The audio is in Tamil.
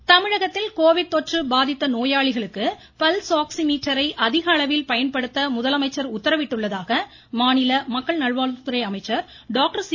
விஜயபாஸ்கர் தமிழகத்தில் கோவிட் தொற்று பாதித்த நோயாளிகளுக்கு பல்ஸ் ஆக்ஸிமீட்டரை அதிக அளவில் பயன்படுத்த முதலமைச்சர் உத்தரவிட்டுள்ளதாக மாநில மக்கள் நல்வாழ்வுத்துறை அமைச்சர் டாக்டர் சி